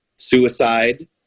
suicide